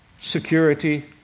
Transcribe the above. security